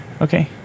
okay